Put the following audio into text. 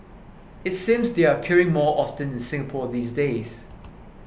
it seems they're appearing more often in Singapore these days